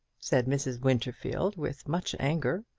said mrs. winterfield, with much anger.